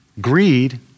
Greed